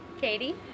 katie